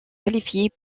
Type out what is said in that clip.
qualifiés